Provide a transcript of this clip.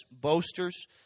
boasters